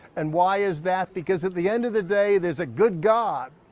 and why is that? because at the end of the day there's a good god,